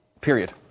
Period